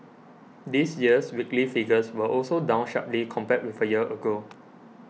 this year's weekly figures were also down sharply compared with a year ago